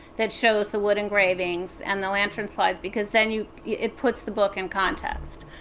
that shows the wood engravings and the lantern slides, because then you it puts the book in context.